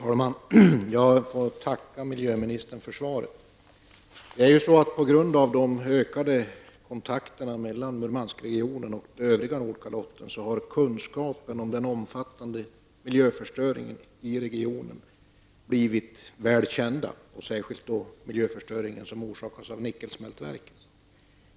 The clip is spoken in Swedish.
Fru talman! Jag får tacka miljöministern för svaret. På grund av de ökade kontakterna mellan Murmanskregionen och den övriga Nordkalotten har den omfattande miljöförstöringen i regionen blivit väl känd, särskilt den miljöförstöring som förorsakas av nyckelsmältverken.